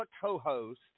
co-host